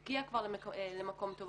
הגיעה למקום טוב,